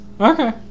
Okay